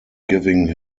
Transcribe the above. giving